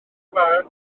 farn